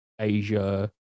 Asia